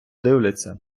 дивляться